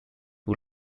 who